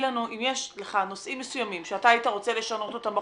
אם יש לך נושאים מסוימים שאתה היית רוצה לשנות אותם בחוק,